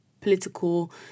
political